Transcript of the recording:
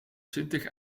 twintig